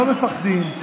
לא מפחדים.